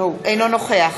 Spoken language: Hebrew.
אינו נוכח